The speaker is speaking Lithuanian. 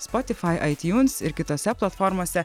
spotify itunes ir kitose platformose